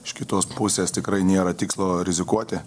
iš kitos pusės tikrai nėra tikslo rizikuoti